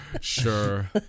Sure